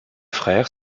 frères